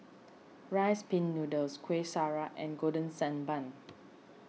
Rice Pin Noodles Kueh Syara and Golden Sand Bun